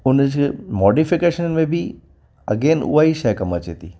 हुनजे मॉडिफिकेशन में बि अगेन उहा ई शइ कमु अचे थी